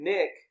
Nick